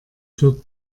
führt